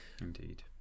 indeed